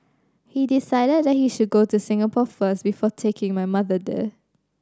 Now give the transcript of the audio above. he decided that he should go to Singapore first before taking my mother there